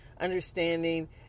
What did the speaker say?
understanding